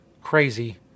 crazy